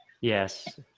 Yes